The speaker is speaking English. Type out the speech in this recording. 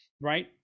right